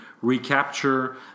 recapture